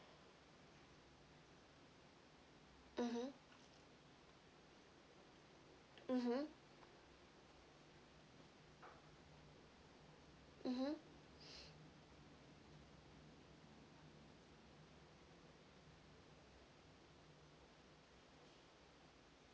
mmhmm mmhmm mmhmm